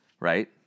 Right